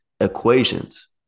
equations